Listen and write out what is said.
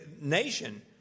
nation